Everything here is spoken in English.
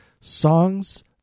Songs